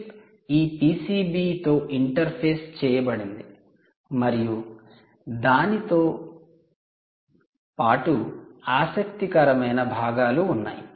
chip ఈ 'పిసిబి'తో interface చేయబడింది మరియు దానితో పాటు ఆసక్తికరమైన భాగాలు ఉన్నాయి